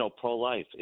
pro-life